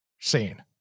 seen